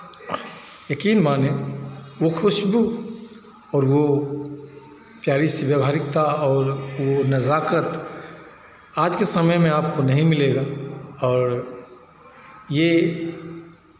यकीन मानें वो खुशबू और वो प्यारी सी व्यावहारिकता और वो नज़ाकत आज के समय में आपको नहीं मिलेगा और ये